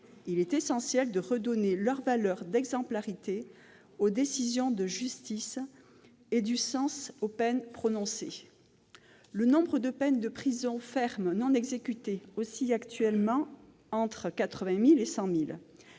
Il est essentiel de redonner leur valeur d'exemplarité aux décisions de justice et du sens aux peines prononcées. Le nombre de peines de prison ferme non exécutées oscille actuellement entre 80 000 et 100 000.